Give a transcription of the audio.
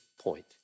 point